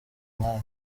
nk’ayo